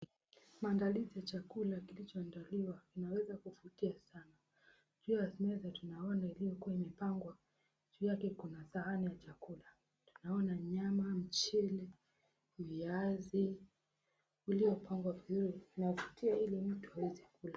Maandalizi ya chakula kilichoandaliwa inaweza kuvutia sana. Juu ya meza tunaona iliyokuwa imepangwa juu yake kuna sahani ya chakula. Tunaona nyama, mchele, viazi uliopangwa vizuri na kuvutia ili mtu aweze kula.